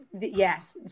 Yes